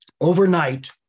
Overnight